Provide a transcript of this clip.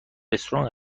رستوران